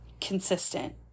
consistent